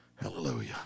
Hallelujah